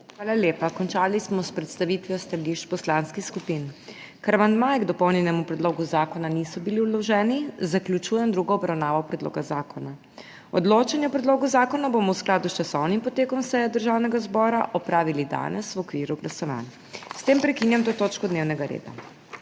Hvala lepa. Končali smo s predstavitvijo stališč poslanskih skupin. Ker amandmaji k dopolnjenemu predlogu zakona niso bili vloženi, zaključujem drugo obravnavo predloga zakona. Odločanje o predlogu zakona bomo v skladu s časovnim potekom seje Državnega zbora opravili danes v okviru glasovanj. S tem prekinjam to točko dnevnega reda.